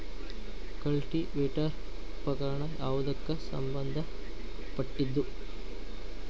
Cultivator ಉಪಕರಣ ಯಾವದಕ್ಕ ಸಂಬಂಧ ಪಟ್ಟಿದ್ದು?